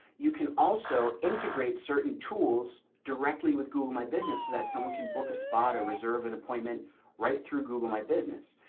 you can also integrate certain tools directly with google my business so that someone can book a spot or reserve an appointment right through google my business.